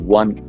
one